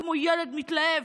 כמו ילד מתלהב,